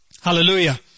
hallelujah